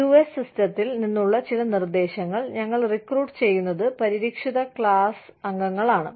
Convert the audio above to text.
US സിസ്റ്റത്തിൽ നിന്നുള്ള ചില നിർദ്ദേശങ്ങൾ ഞങ്ങൾ റിക്രൂട്ട് ചെയ്യുന്നത് പരിരക്ഷിത ക്ലാസ് അംഗങ്ങളാണ്